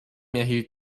erhielt